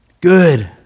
good